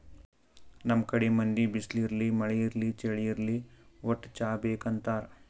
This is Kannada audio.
ನಮ್ ಕಡಿ ಮಂದಿ ಬಿಸ್ಲ್ ಇರ್ಲಿ ಮಳಿ ಇರ್ಲಿ ಚಳಿ ಇರ್ಲಿ ವಟ್ಟ್ ಚಾ ಬೇಕ್ ಅಂತಾರ್